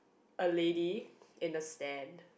a lady in the stand